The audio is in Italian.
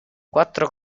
quattro